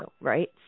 right